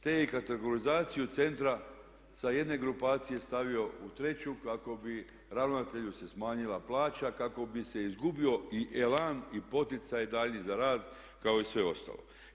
Te i kategorizaciju centra sa jedne grupacije stavio u treću kako bi ravnatelju se smanjila plaća, kako bi se izgubio i elan i poticaj daljnji za rad kao i sve ostalo.